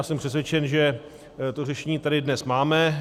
Jsem přesvědčen, že to řešení tady dnes máme.